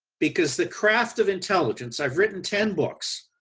because the craft of intelligence, i've written ten books.